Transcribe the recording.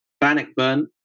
Bannockburn